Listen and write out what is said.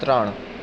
ત્રણ